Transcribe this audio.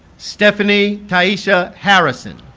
stephanie tyesha harrison